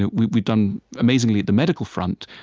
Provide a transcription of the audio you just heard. and we've we've done amazingly at the medical front,